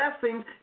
blessings